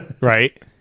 Right